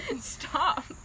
Stop